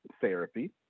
therapy